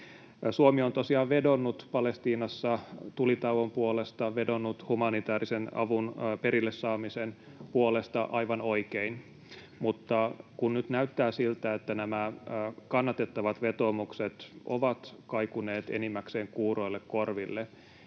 Suomi on tosiaan vedonnut Palestiinassa tulitauon puolesta, vedonnut humanitäärisen avun perille saamisen puolesta aivan oikein, mutta kun nyt näyttää siltä, että nämä kannatettavat vetoomukset ovat kaikuneet enimmäkseen kuuroille korville.